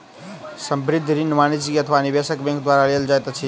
संबंद्ध ऋण वाणिज्य अथवा निवेशक बैंक द्वारा देल जाइत अछि